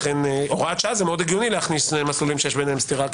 בהוראת שעה זה מאוד הגיוני להכניס מסלולים שיש ביניהם סתירה,